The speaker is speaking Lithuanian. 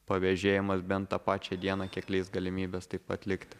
pavėžėjimas bent tą pačią dieną kiek leis galimybės taip atlikti